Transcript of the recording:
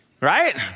Right